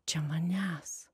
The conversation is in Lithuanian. čia manęs